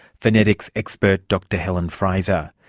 phonetics expert dr helen fraser.